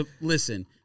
Listen